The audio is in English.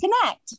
connect